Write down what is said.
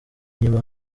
inyuma